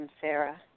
Sarah